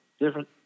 different